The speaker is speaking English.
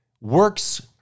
works